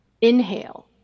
inhale